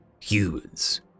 Humans